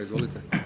Izvolite.